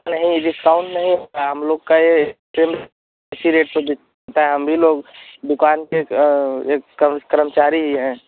नहीं डिस्काउंट नहीं होता है हम लोग का यह इसी रेट पर बिकता है हम भी लोग दुकान के एक कर्मकर्मचारी ही हैं